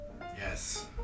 Yes